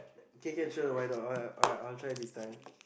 okay K chill why not why not I I will try this time